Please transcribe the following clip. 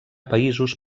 països